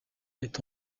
est